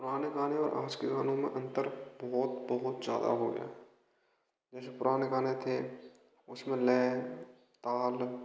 पुराने गानें और आज के गानों में अंतर बहुत बहुत ज़्यादा हो गया है जैसे पुराने गाने थे उसमें लय ताल